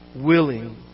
willing